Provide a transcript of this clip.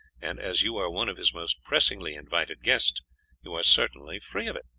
and as you are one of his most pressingly invited guests you are certainly free of it.